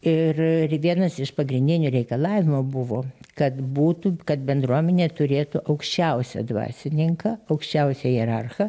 ir ir vienas iš pagrindinių reikalavimų buvo kad būtų kad bendruomenė turėtų aukščiausią dvasininką aukščiausią hierarchą